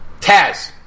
Taz